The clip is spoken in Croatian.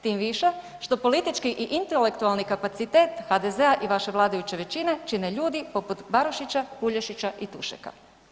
Tim više što politički i intelektualni kapacitet HDZ-a i vaše vladajuće većine čine ljudi poput Barušića, Puljašića i Tušeka.